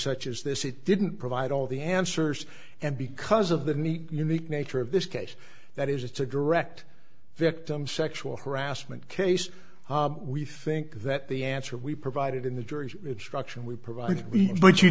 such as this it didn't provide all the answers and because of the neat unique nature of this case that is it's a direct victim sexual harassment case we think that the answer we provided in the jury instruction we provided but you